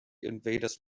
invaders